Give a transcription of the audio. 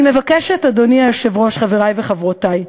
אני מבקשת, אדוני היושב-ראש, חברי וחברותי,